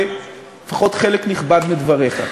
לפחות לחלק נכבד מדבריך.